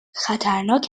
خطرناک